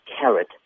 carrot